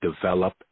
develop